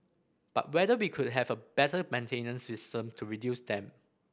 but whether we could have a better maintenance system to reduce them